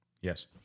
Yes